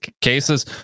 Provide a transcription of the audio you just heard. cases